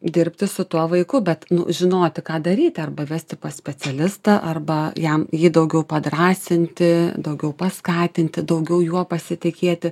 dirbti su tuo vaiku bet žinoti ką daryti arba vesti pas specialistą arba jam jį daugiau padrąsinti daugiau paskatinti daugiau juo pasitikėti